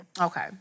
Okay